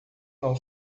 não